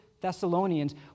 thessalonians